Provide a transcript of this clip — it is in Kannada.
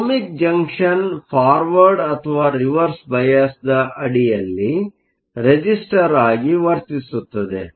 ಆದ್ದರಿಂದ ಓಹ್ಮಿಕ್ ಜಂಕ್ಷನ್ ಫಾರ್ವರ್ಡ್ ಅಥವಾ ರಿವರ್ಸ್ಬಯಾಸ್Reverse bias ಅಡಿಯಲ್ಲಿ ರೆಸಿಸ್ಟರ್Resistor ಆಗಿ ವರ್ತಿಸುತ್ತದೆ